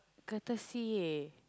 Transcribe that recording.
courtesy eh